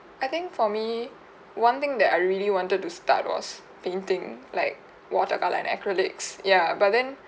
I think for me one thing that I really wanted to start was painting like water colour and acrylics ya but then